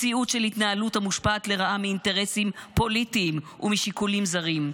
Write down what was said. מציאות של התנהלות המושפעת לרעה מאינטרסים פוליטיים ומשיקולים זרים.